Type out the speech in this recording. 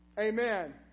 Amen